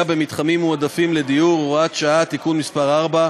במתחמים מועדפים לדיור (הוראת שעה) (תיקון מס' 4),